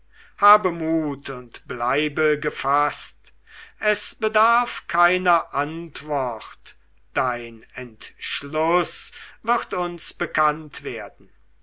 habe mut und bleibe gefaßt es bedarf keiner antwort dein entschluß wird uns bekannt werden